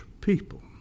people